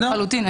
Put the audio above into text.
לחלוטין.